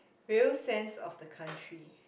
real sense of the country